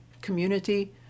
community